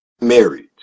married